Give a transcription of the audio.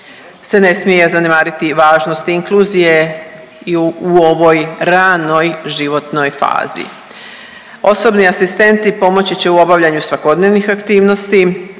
se ne smije zanemariti važnost inkluzije i u ovoj ranoj životnoj fazi. Osobni asistenti pomoći će u obavljanju svakodnevnih aktivnosti